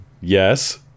yes